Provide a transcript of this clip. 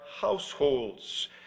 households